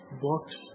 books